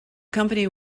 company